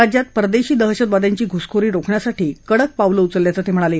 राज्यात परदेशी दहशतवाद्यांची घुसखोरी रोखण्यासाठी कडक पावलं उचलल्याचं ते म्हणाले